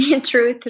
true